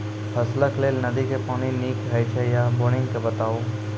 फसलक लेल नदी के पानि नीक हे छै या बोरिंग के बताऊ?